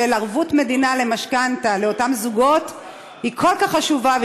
של ערבות מדינה למשכנתה לאותם זוגות היא כל כך חשובה,